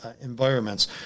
environments